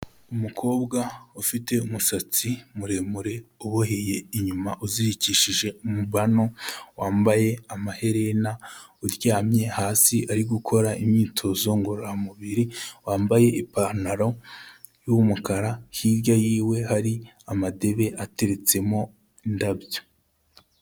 Umukobwa ufite umusatsi muremure uboheye inyuma uzirikishije umubano, wambaye amaherena, uryamye hasi, ari gukora imyitozo ngororamubiri, wambaye ipantaro y'umukara, hirya yiwe hari amadebe ateretsemo indabyo.